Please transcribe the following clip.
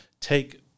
take